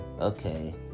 okay